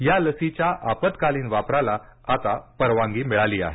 या लसीच्या आपत्कालीन वापराला आता परवानगी मिळाली आहे